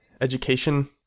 education